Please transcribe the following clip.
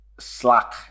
Slack